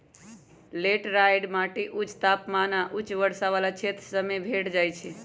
laterite माटि उच्च तापमान आऽ उच्च वर्षा वला क्षेत्र सभ में भेंट जाइ छै